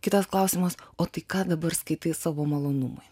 kitas klausimas o tai ką dabar skaitai savo malonumui